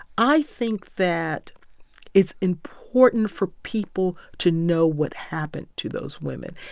i think that it's important for people to know what happened to those women.